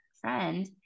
friend